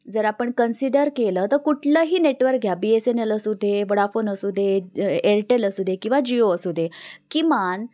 जर आपण कन्सिडर केलं तर कुठलंही नेटवर्क घ्या बी एस एन एल असू दे वडाफोन असू दे एअरटेल असू दे किंवा जिओ असू दे किमान